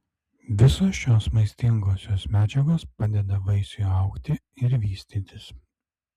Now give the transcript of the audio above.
visos šios maistingosios medžiagos padeda vaisiui augti ir vystytis